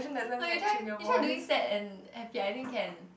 no you try you try doing sad and happy I think can